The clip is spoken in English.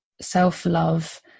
self-love